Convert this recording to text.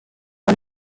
one